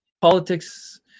Politics